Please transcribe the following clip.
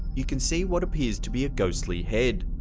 you can see what appears to be a ghostly head.